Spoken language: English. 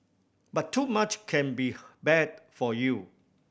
but too much can be bad for you